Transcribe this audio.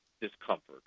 discomfort